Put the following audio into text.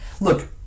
Look